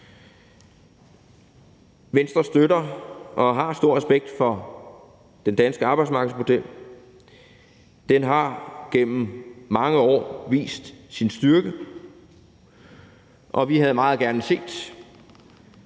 Venstre støtter og har stor respekt for den danske arbejdsmarkedsmodel. Den har gennem mange år vist sin styrke, og vi havde meget gerne set,